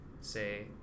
say